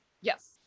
Yes